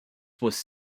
was